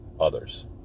others